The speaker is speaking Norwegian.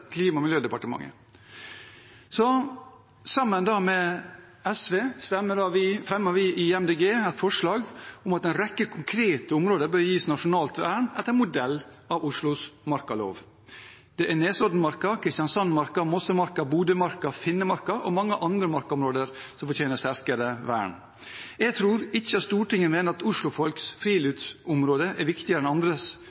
Klima- og miljødepartementet. Sammen med SV fremmer vi i Miljøpartiet De Grønne et forslag om at en rekke konkrete områder bør gis nasjonalt vern etter modell av Oslos markalov. Det er Nesoddmarka, Kristiansand-marka, Mossemarka, Bodømarka, Finnemarka og mange andre markaområder som fortjener sterkere vern. Jeg tror ikke Stortinget mener at